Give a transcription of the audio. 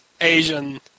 Asian